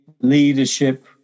leadership